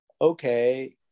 okay